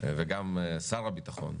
וגם שר הביטחון,